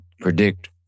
predict